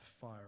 fire